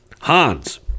Hans